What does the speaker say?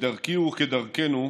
וכדרכי וכדרכנו,